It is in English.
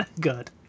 Good